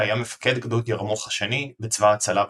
שהיה מפקד גדוד ירמוך השני בצבא ההצלה באזור.